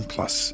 Plus